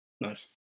Nice